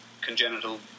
congenital